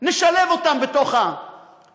נשלב אותם בתאגיד,